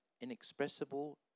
inexpressible